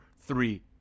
three